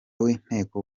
w’inteko